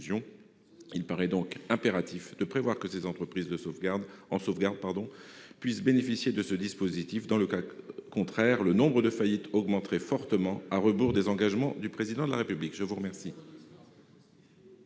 Il est donc impératif de prévoir que les entreprises en sauvegarde puissent bénéficier de ce dispositif. Dans le cas contraire, le nombre de faillites augmenterait fortement, à rebours des engagements du Président de la République.